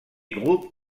groupe